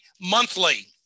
monthly